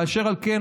אשר על כן,